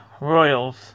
Royals